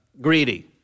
Greedy